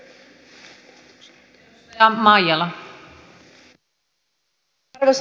arvoisa puhemies